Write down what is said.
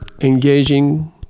engaging